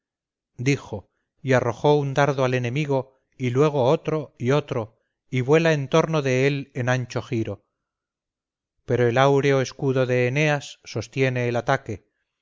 dijo y arrojó un dardo al enemigo y luego otro y otro y vuela en torno de él en ancho giro pero el áureo escudo de eneas sostiene el ataque